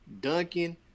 Duncan